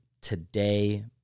today